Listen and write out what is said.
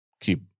Keep